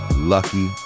lucky